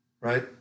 right